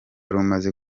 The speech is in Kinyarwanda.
rumaze